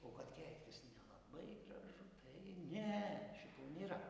o kad keiktis nelabai gražu taigi ne šito nėra